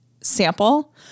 sample